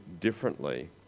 differently